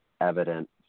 evident